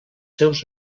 seus